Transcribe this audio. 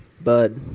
Bud